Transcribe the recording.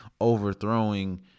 overthrowing